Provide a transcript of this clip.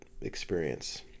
experience